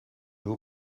vous